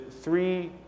three